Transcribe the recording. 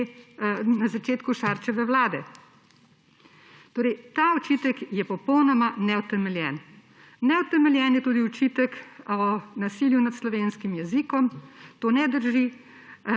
na začetku Šarčeve vlade. Torej ta očitek je popolnoma neutemeljen. Neutemeljen je tudi očitek nasilje nad slovenskim jezikom. To ne drži.